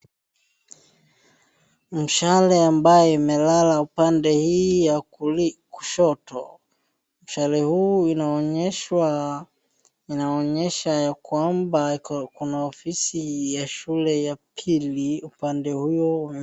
Mshale ambayo imelala pande hii ya kushoto. Mshale huu inaonyeshwa, inaonyesha yakwamba hapa kuna ofisi ya shule ya upili upande huo.